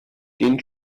den